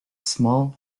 small